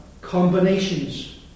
combinations